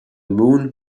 moon